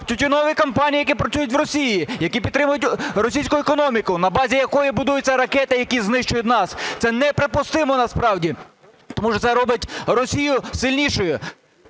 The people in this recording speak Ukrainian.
тютюнові компанії, які працюють в Росії, які підтримують російську економіку, на базі якої будуються ракети, які знищують нас. Це неприпустимо насправді. Тому що це робить Росію сильнішою,